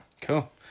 Cool